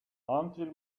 until